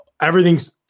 everything's